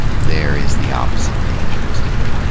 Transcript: there is the opposite danger, isn't there.